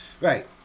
Right